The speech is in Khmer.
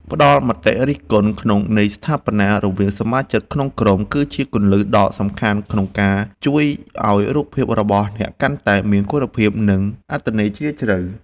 ផ្តល់មតិរិះគន់ក្នុងន័យស្ថាបនារវាងសមាជិកក្នុងក្រុមគឺជាគន្លឹះដ៏សំខាន់ក្នុងការជួយឱ្យរូបភាពរបស់អ្នកកាន់តែមានគុណភាព និង អត្ថន័យជ្រាលជ្រៅ។